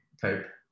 type